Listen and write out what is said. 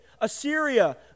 Assyria